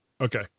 Okay